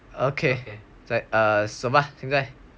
okay 再走吧吧现在